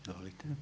Izvolite.